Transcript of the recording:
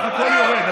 הכול יורד.